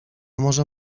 może